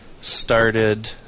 started